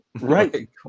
Right